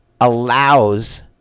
allows